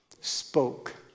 spoke